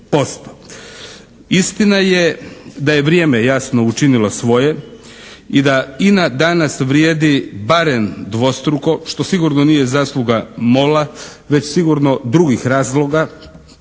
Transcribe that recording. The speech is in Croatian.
Istina je da je vrijeme, jasno, učinilo svoje i da INA danas vrijedi barem dvostruko, što sigurno nije zasluga MOL-a već sigurno drugih razloga.